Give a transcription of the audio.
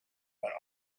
but